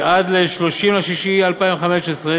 הכנסת עד ל-30 ביוני 2015,